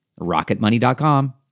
Rocketmoney.com